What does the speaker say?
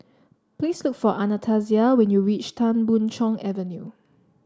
please look for Anastasia when you reach Tan Boon Chong Avenue